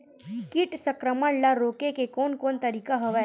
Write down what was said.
कीट संक्रमण ल रोके के कोन कोन तरीका हवय?